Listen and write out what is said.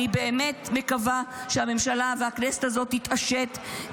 אני באמת מקווה שהממשלה והכנסת הזאת יתעשתו,